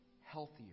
healthier